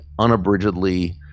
unabridgedly